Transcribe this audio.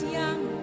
young